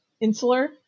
insular